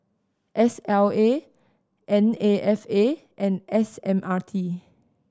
S L A N A F A and S M R T